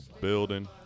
building